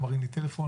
הוא מרים לי טלפון,